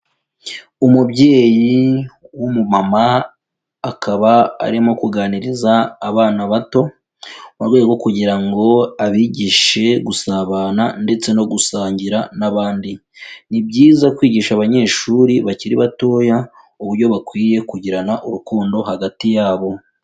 Umubyeyi w'umumama akaba arimo kuganiriza abana bato mu rwego kugira ngo abigishe gusabana ndetse no gusangira n'abandi, ni byiza kwigisha abanyeshuri bakiri batoya uburyo bakwiye kugirana urukundo hagati yabo.